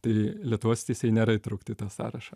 tai lietuvos teisėjai nėra įtraukti į tą sąrašą